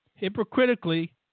hypocritically